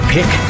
Pick